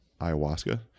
ayahuasca